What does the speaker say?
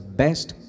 best